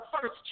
first